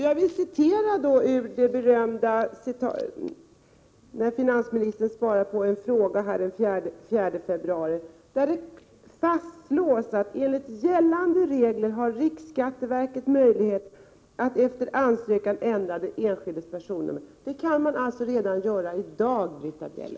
Jag vill citera ur finansministerns berömda svar på en fråga den 4 februari: ”Enligt gällande regler har riksskatteverket möjlighet att efter ansökan ändra en enskilds personnummer.” Det kan man allstå göra redan i dag, Britta Bjelle.